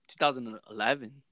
2011